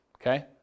Okay